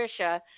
Tricia